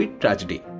tragedy